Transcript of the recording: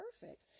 perfect